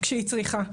כשהיא צריכה,